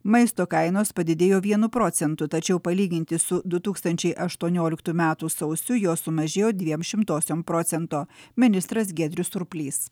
maisto kainos padidėjo vienu procentu tačiau palyginti su du tūkstančiai aštuonioliktų metų sausiu jos sumažėjo dviem šimtosiom procento ministras giedrius surplys